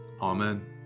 Amen